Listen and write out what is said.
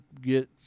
get